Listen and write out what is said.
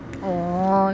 oh